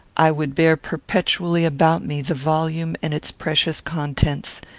i would bear perpetually about me the volume and its precious contents.